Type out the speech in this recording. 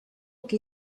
que